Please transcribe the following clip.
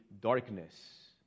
darkness